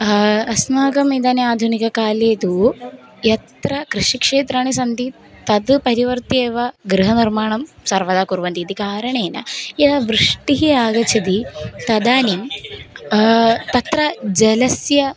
अस्माकम् इदानिं आधुनिककाले तु यत्र कृषिक्षेत्राणि सन्ति तत् परिवर्त्येव गृहनिर्माणं सर्वदा कुर्वन्ति इति कारणेन यदा वृष्टिः आगच्छति तदानिं तत्र जलस्य